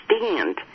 understand